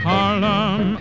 Harlem